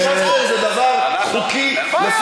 זה, פיליבסטר זה דבר חוקי, יכול להיות.